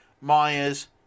Myers